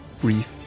brief